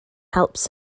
helps